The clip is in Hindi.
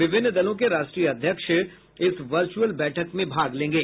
विभिन्न दलों के राष्ट्रीय अध्यक्ष इस वर्च्रअल बैठक में भाग लेंगे